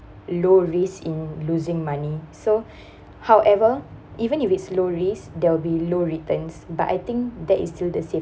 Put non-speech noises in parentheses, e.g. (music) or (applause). low risk in losing money so (breath) however even if it's low risk they'll be low returns but I think that is still the same